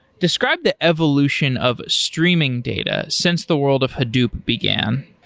describe the evolution of streaming data since the world of hadoop began.